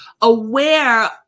aware